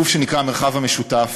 גוף שנקרא "המרחב המשותף",